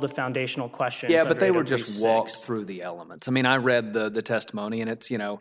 the foundational question yeah but they were just walks through the elements i mean i read the testimony and it's you know